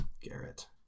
Garrett